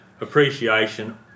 appreciation